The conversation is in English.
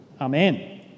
Amen